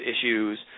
issues